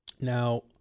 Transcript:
Now